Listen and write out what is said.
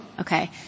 Okay